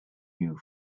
you